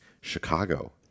Chicago